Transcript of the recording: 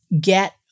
get